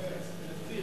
מה זה ההספד הזה?